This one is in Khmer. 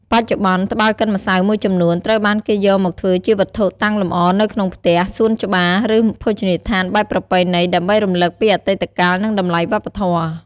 បច្ចុប្បន្ន ត្បាល់កិនម្សៅមួយចំនួនត្រូវបានគេយកមកធ្វើជាវត្ថុតាំងលម្អនៅក្នុងផ្ទះ សួនច្បារ ឬភោជនីយដ្ឋានបែបប្រពៃណី ដើម្បីរំលឹកពីអតីតកាល និងតម្លៃវប្បធម៌។